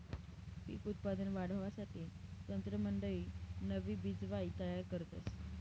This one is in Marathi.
पिक उत्पादन वाढावासाठे तज्ञमंडयी नवी बिजवाई तयार करतस